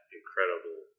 incredible